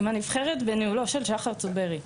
עם הנבחרת בניהולו של שחר צוברי.